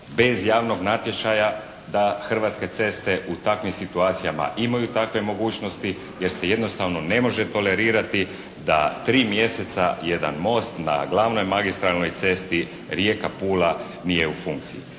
bez javnog natječaja da Hrvatske ceste u takvih situacijama imaju takve mogućnosti jer se jednostavno ne može tolerirati da 3 mjeseca jedan most na glavnoj magistralnoj cesti Rijeka – Pula nije u funkciji.